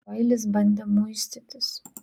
doilis bandė muistytis